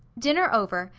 dinner over,